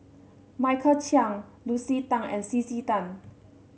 Michael Chiang Lucy Tan and C C Tan